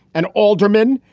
an alderman.